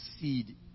seed